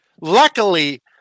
Luckily